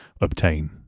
obtain